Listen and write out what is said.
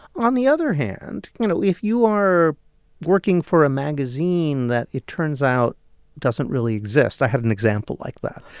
on the other hand, you know, if you are working for a magazine that it turns out doesn't really exist i have an example like that.